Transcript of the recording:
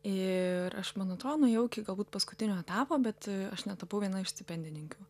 ir aš man atrodo nuėjau iki galbūt paskutinio etapo bet aš netapau viena iš stipendininkių